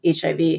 HIV